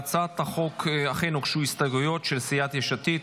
להצעת החוק אכן הוגשו הסתייגויות של סיעת יש עתיד.